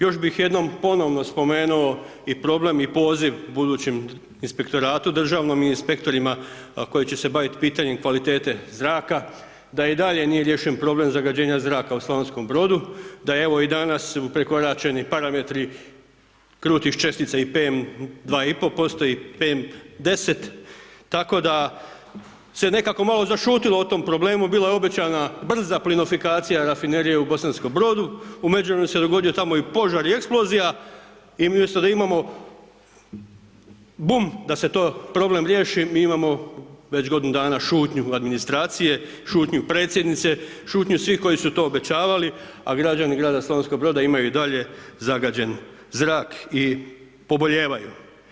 Još bih jednom ponovno spomenuo i problem i poziv budućem inspektoratu državnim i inspektorima koji će se baviti pitanjem kvalitete zraka, da i dalje nije riješen problem zagađenja zraka u Slavonskom Brodu, da evo i danas su prekoračeni parametri krutih čestica IPM 2,5% I PM 10, tako da se nekako malo zašutio o tom problemu, bila je obećana brza ratifikacija rafinerije u Bosankom Brodu, u međuvremenu se dogodila tamo i požar i eksplozija i umjesto da imamo bum da se problem riješi, mi imamo već godinu dana šutnju administracije, šutnju predsjednice, šutnju svih koji su to obećavali, a građani grada Slavonskog Broda imaju i dalje zagađen zrak i obolijevaju.